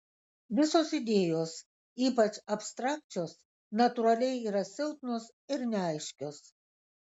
visos idėjos ypač abstrakčios natūraliai yra silpnos ir neaiškios